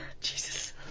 Jesus